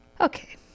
okay